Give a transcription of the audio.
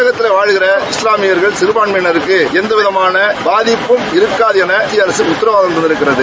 தமிழகத்தில் வாழுகின்ற இஸ்வாமியர்கள் சிறுபான்மையினருக்கு எந்தவிதமான பாதிப்பும் இருக்காது என மத்திய அரசு உத்தரவாதம் தந்திருக்கிறது